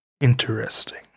interesting